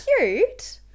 Cute